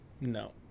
No